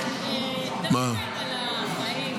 להמשיך?